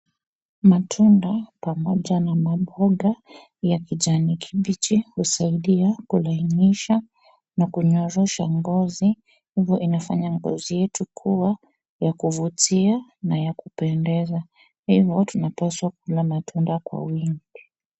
Matunda pamoja na maboga ya kijani kibichi husaidia kulainisha na kunyorosha ngozi, hivo inafanya ngozi yetu kuwa ya kuvutia na ya kupendeza. Hivo tunapaswa kukula matunda kwa wingi.